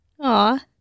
Aw